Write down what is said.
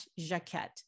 Jaquette